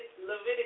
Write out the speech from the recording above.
Leviticus